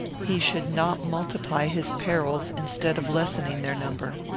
he should not multiply his perils instead of lessening their number.